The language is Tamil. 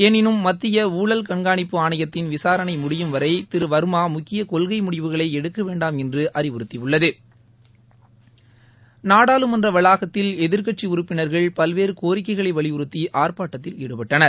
எனினும் மத்திய ஊழல் கண்காணிப்பு ஆணையத்தின் விசாரணை முடியும் வரை திரு வாமா முக்கிய கொள்கை முடிவுகளை எடுக்க வேண்டாம் என்று அறிவுறுத்தியுள்ளது நாடாளுமன்ற வளாகத்தில் எதிர்க்கட்சி உறுப்பினர்கள் பல்வேறு கோரிக்கைகளை வலியுறுத்தி ஆர்ப்பாட்டத்தில் ஈடுபட்டனர்